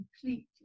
complete